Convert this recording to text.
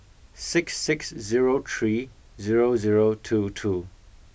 six six zero three zero zero two two